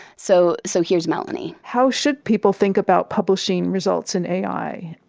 so so here's melanie. how should people think about publishing results in ai?